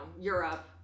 Europe